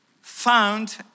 found